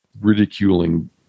ridiculing